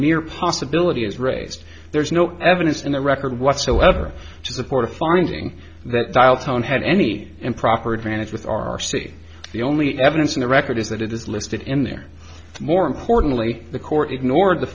mere possibility is raised there's no evidence in the record whatsoever to support a finding that dial tone had any improper advantage with r c the only evidence in the record is that it is listed in there more importantly the court ignored the